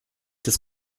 des